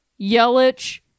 Yelich